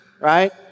right